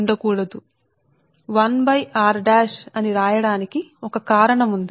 4605 log D1 millihenry per kilometre milliHenrykilometer ఇది సమీకరణం 33